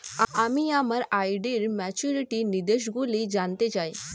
আমি আমার আর.ডি র ম্যাচুরিটি নির্দেশগুলি জানতে চাই